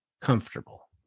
comfortable